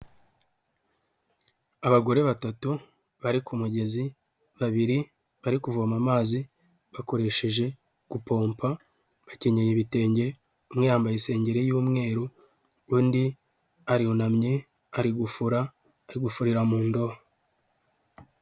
Abagore batatu bari ku mugezi, babiri bari kuvoma amazi bakoresheje gupompa bakenye ibitenge, umwe yambaye isengeri y'umweru, undi arunamye ari gufura ari gufurira mu ndobo.